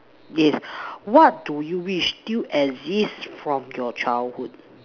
yes what do you wish still exist from your childhood